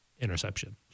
interception